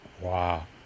Wow